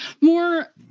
more